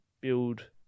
build